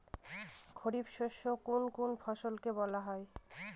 খারিফ শস্য কোন কোন ফসলকে বলা হয়?